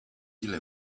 ile